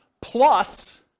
plus